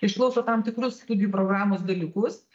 išklauso tam tikrus studijų programos dalykus